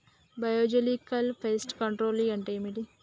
Biological pest control అంటే ఏమిటి?